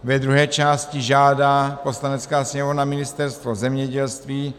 Ve druhé části žádá Poslanecká sněmovna Ministerstvo zemědělství